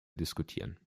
diskutieren